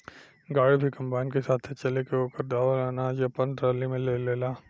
गाड़ी भी कंबाइन के साथे चल के ओकर दावल अनाज आपना टाली में ले लेला